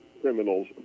criminals